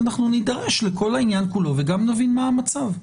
אנחנו נידרש לכל העניין כולו וגם נבין מה המצב.